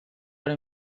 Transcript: alle